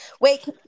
Wait